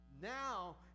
Now